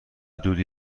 دودی